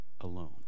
alone